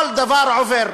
כל דבר עובר.